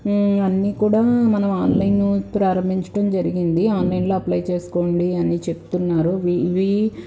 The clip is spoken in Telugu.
అన్ని కూడా మనం ఆన్లైన్లో ప్రారంభించటం జరిగింది ఆన్లైన్లో అప్లై చేసుకోండి అని చెప్తున్నారు వి వి